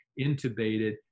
intubated